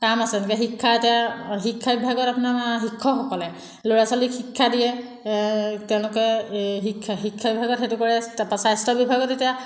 কাম আছে যেনেকৈ শিক্ষা এতিয়া শিক্ষা বিভাগত আপোনাৰ শিক্ষকসকলে ল'ৰা ছোৱালীক শিক্ষা দিয়ে তেওঁলোকে এই শিক্ষা শিক্ষা বিভাগত সেইটো কৰে তাৰপৰা স্বাস্থ্য বিভাগত এতিয়া